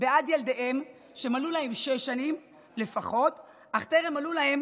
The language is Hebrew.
בעד ילדיהם שמלאו להם שש שנים לפחות אך טרם מלאו להם